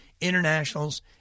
internationals